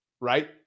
right